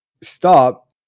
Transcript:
stop